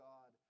God